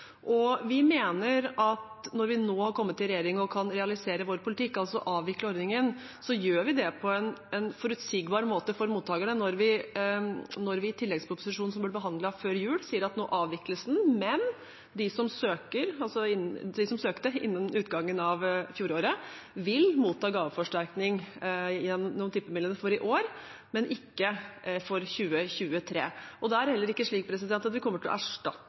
Vi mener at når vi nå har kommet i regjering og kan realisere vår politikk, altså avvikle ordningen, gjør vi det på en forutsigbar måte for mottakerne når vi i tilleggsproposisjonen som ble behandlet før jul, sier at nå avvikles den, men de som søkte innen utgangen av fjoråret, vil motta gaveforsterkning gjennom tippemidlene for i år, men ikke for 2023. Det er ikke slik at vi kommer til å erstatte